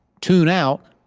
tune out.